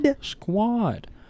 squad